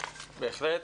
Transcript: בהחלט.